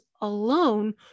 alone